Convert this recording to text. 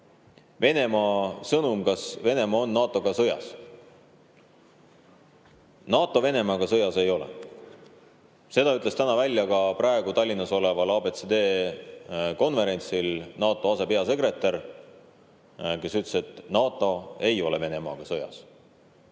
Venemaa sõnumist, et kas Venemaa on NATO‑ga sõjas. NATO Venemaaga sõjas ei ole. Seda ütles täna välja ka praegu Tallinnas [toimuval] ABCD konverentsil NATO asepeasekretär, kes ütles, et NATO ei ole Venemaaga sõjas.